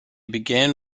began